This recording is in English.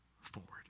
forward